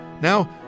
Now